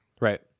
Right